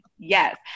Yes